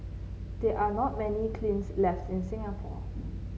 there are not many kilns left in Singapore